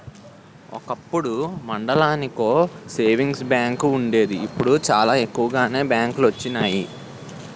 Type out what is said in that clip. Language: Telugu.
ఒకప్పుడు మండలానికో సేవింగ్స్ బ్యాంకు వుండేది ఇప్పుడు చాలా ఎక్కువగానే బ్యాంకులొచ్చినియి